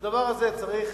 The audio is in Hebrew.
את הדבר הזה צריך